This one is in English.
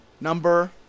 number